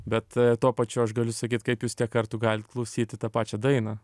bet tuo pačiu aš galiu sakyt kaip jūs tiek kartų galit klausyti tą pačią dainą